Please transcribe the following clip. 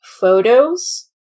photos